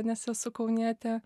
nes esu kaunietė